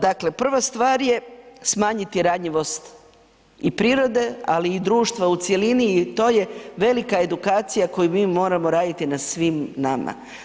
Dakle, prva stvar je smanjiti ranjivost i prirode, ali i društva u cjelini i to je velika edukacija koju mi moramo raditi na svim nama.